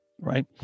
right